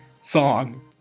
song